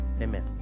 Amen